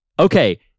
Okay